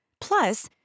Plus